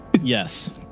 Yes